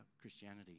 Christianity